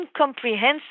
incomprehensible